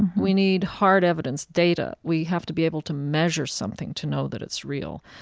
we need hard evidence, data. we have to be able to measure something to know that it's real.